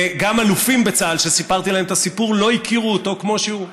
וגם אלופים בצה"ל שסיפרתי להם את הסיפור לא הכירו אותו כמו שהוא.